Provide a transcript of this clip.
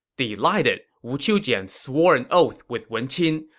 delighted, wu qiujian swore an oath with wen qin.